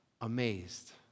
amazed